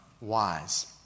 wise